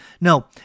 No